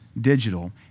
digital